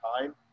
time